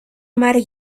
omar